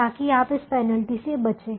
ताकि आप इस पेनल्टी से बचें